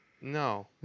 no